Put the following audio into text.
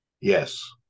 Yes